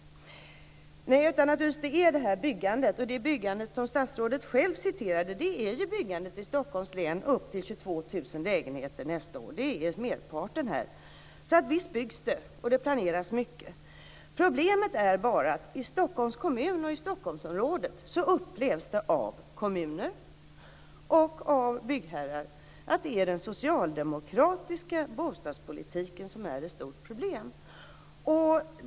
Det handlar om byggandet. Statsrådet nämnde själv att det kommer att byggas upp till 22 000 lägenheter i Stockholms län nästa år. Det är merparten. Visst byggs det, och det planeras mycket. Men i Stockholmsområdet upplevs det av kommuner och byggherrar att det är den socialdemokratiska bostadspolitiken som är ett stort problem.